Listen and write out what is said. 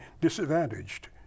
disadvantaged